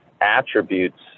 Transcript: attributes